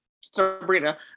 Sabrina